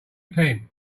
pen